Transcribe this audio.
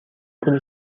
پول